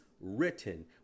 written